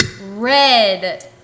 red